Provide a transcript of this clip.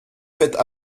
faites